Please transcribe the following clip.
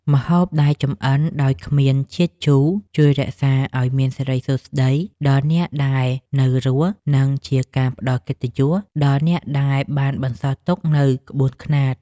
ម្ហូបដែលចម្អិនដោយគ្មានជាតិជូរជួយរក្សាឱ្យមានសិរីសួស្តីដល់អ្នកនៅរស់ និង ជាការផ្ដល់កិត្តិយសដល់អ្នកដែលបានបន្សល់ទុកនូវក្បួនខ្នាត។